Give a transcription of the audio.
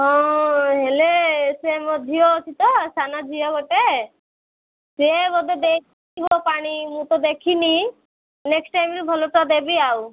ହଁ ହେଲେ ସେ ମୋର ଝିଅ ଅଛି ତ ସାନ ଝିଅ ଗୋଟେ ସେ ବୋଧେ ଦେଇଥିବ ପାଣି ମୁଁ ତ ଦେଖିନି ନେକ୍ସଟ୍ ଟାଇମରୁ ଭଲ ତ ଦେବି ଆଉ